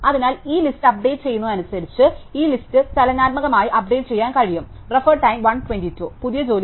അതിനാൽ ഈ list update ചെയ്യുന്നതിനനുസരിച്ച് ഈ ലിസ്റ്റ് ചലനാത്മകമായി അപ്ഡേറ്റ് ചെയ്യാൻ കഴിയും Refer Time 0122 പുതിയ ജോലികൾ വരുന്നത്